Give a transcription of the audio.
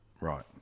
right